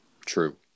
True